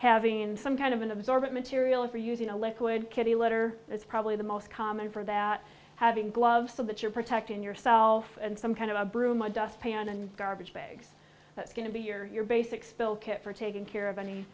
having some kind of an absorbent material or using a liquid kitty litter that's probably the most common for that having gloves so that you're protecting yourself and some kind of a broom and dustpan and garbage bags that's going to be your basic spill kit for taking care of any